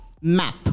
map